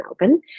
Melbourne